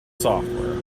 software